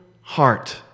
heart